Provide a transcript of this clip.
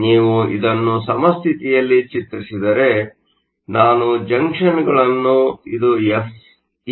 ಆದ್ದರಿಂದ ನೀವು ಇದನ್ನು ಸಮಸ್ಥಿತಿಯಲ್ಲಿ ಚಿತ್ರಿಸಿದರೆ ನಾನು ಜಂಕ್ಷನ್ಗಳನ್ನು ಇದು ಇಎಫ್ ಎಂದು ಗುರುತಿಸುತ್ತೇನೆ